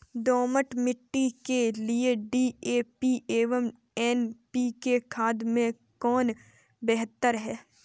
दोमट मिट्टी के लिए डी.ए.पी एवं एन.पी.के खाद में कौन बेहतर है?